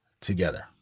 together